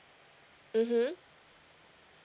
mmhmm